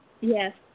Yes